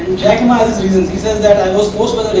of reasons, he says that i was forced by